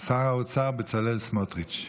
שר האוצר בצלאל סמוטריץ'.